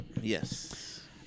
Yes